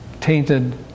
tainted